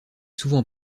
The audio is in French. souvent